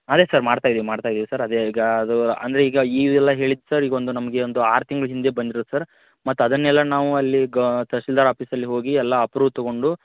ಅದೆ ಸರ್ ಮಾಡ್ತಯಿದ್ದೀವಿ ಮಾಡ್ತಯಿದ್ದೀವಿ ಸರ್ ಅದೆ ಈಗ ಅದು ಅಂದರೆ ಈಗ ಈ ಎಲ್ಲ ಹೇಳಿದ್ದು ಸರ್ ಈಗ ಒಂದು ನಮಗೆ ಒಂದು ಆರು ತಿಂಗ್ಳ ಹಿಂದೆ ಬಂದಿರೋದು ಸರ್ ಮತ್ತೆ ಅದನ್ನೆಲ್ಲ ನಾವು ಅಲ್ಲಿಗೆ ತಶೀಲ್ದಾರ್ ಆಪೀಸಲ್ಲಿ ಹೋಗಿ ಎಲ್ಲಾ ಅಪ್ರೂವ್ ತಗೊಂಡು